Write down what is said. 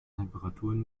temperaturen